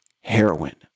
heroin